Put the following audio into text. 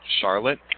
Charlotte